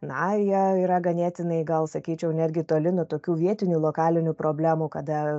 na jie yra ganėtinai gal sakyčiau netgi toli nuo tokių vietinių lokalinių problemų kada